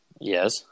Yes